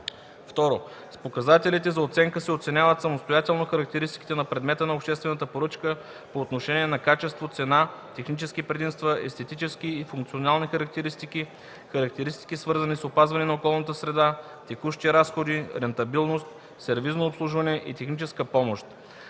2. с показателите за оценка се оценяват самостоятелно характеристиките на предмета на обществената поръчка по отношение на качество, цена, технически предимства, естетически и функционални характеристики, характеристики, свързани с опазване на околната среда, текущи разходи, рентабилност, сервизно обслужване и техническа помощ,